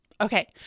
Okay